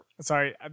sorry